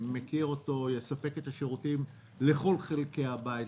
יספק את השירותים לכל חלקי הבית,